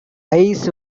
eyes